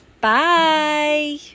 Bye